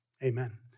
Amen